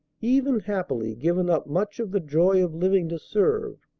even happily, given up much of the joy of living to serve,